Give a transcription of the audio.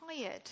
tired